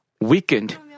weakened